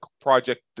project